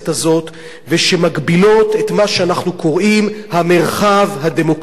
ושמגבילות את מה שאנחנו קוראים לו "המרחב הדמוקרטי".